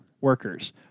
workers